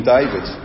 David